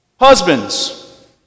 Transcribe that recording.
Husbands